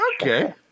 Okay